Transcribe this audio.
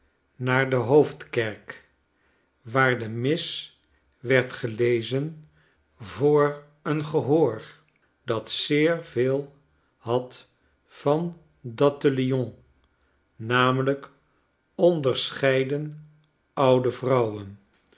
naar de hoofdkerk waar de mis werd gelezen voor een gehoor dat zeer veel had van dat te lyon namelijk onderseheiden oude vrouwen